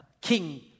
king